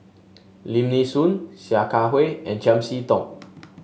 Lim Nee Soon Sia Kah Hui and Chiam See Tong